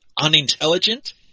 unintelligent